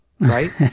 right